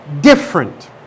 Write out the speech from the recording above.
different